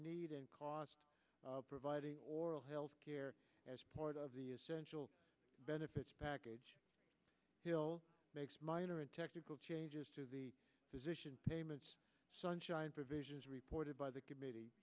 need and cost of providing oral health care as part of the essential benefits package deal makes minor and technical changes to the position payment sunshine visions reported by the committee